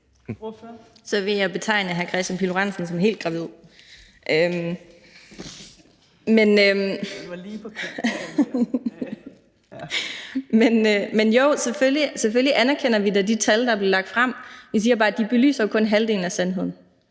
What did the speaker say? Så vil jeg betegne hr. Kristian Pihl Lorentzen som helt gravid. Men jo, selvfølgelig anerkender vi da de tal, der er blevet lagt frem, men jeg siger bare, at de jo kun belyser halvdelen af sandheden.